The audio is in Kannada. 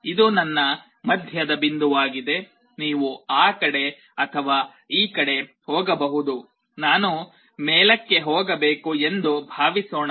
ಇದು ನನ್ನ ಮಧ್ಯದ ಬಿಂದುವಾಗಿದೆ ನೀವು ಆ ಕಡೆ ಅಥವಾ ಈ ಕಡೆ ಹೋಗಬಹುದು ನಾನು ಮೇಲಕ್ಕೆ ಹೋಗಬೇಕು ಎಂದು ಭಾವಿಸೋಣ